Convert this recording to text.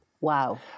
Wow